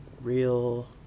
real